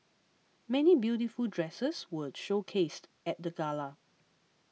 many beautiful dresses were showcased at the gala